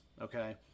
Okay